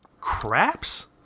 Craps